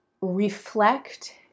reflect